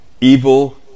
evil